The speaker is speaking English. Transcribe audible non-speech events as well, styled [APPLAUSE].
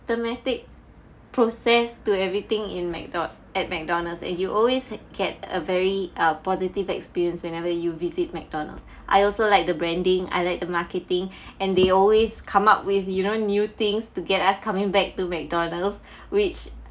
~tematic process to everything in McDonald's at McDonald's and you always get a very uh positive experience whenever you visit McDonald's I also like the branding I like the marketing [BREATH] and they always come up with you know new things to get us coming back to McDonald's [BREATH] which